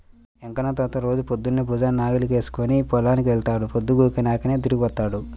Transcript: వెంకన్న తాత రోజూ పొద్దన్నే భుజాన నాగలి వేసుకుని పొలానికి వెళ్తాడు, పొద్దుగూకినాకే తిరిగొత్తాడు